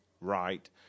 right